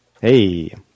Hey